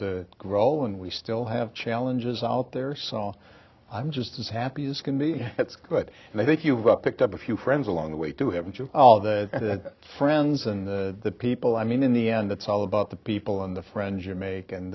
to grow and we still have challenges out there saw i'm just as happy as can be that's good and i think you've picked up a few friends along the way too haven't you all the friends and the people i mean in the end it's all about the people and the french you make and